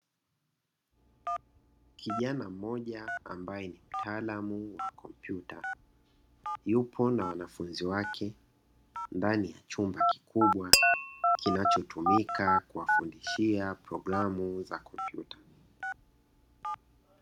Kijana mmoja ambaye ni mtaalamu wa kompyuta, yupo na wanafunzi wake ndani ya chumba kikubwa, kinachotumika kuwafundishia programu za kompyuta.